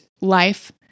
life